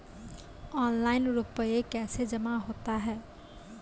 Online रुपये कैसे जमा होता हैं?